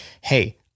hey